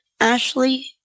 Ashley